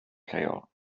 lleol